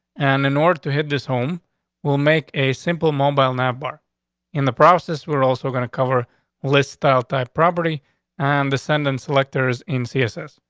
and in order to hit this home will make a simple mobile number in the process. we're also gonna cover list style type property on and descendant selectors in css.